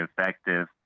effective